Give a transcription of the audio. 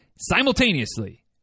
simultaneously